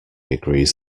agrees